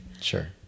Sure